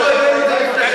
אנחנו הבאנו את זה בפניכם.